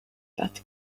but